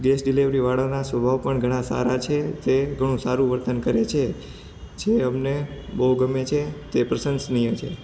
gas delivery વાળાના સ્વાભાવ પણ ઘણા સારા છે તે ઘણું સારું વર્તન કરે છે જે અમને બહુ ગમે છે તે પ્રશંસનીય છે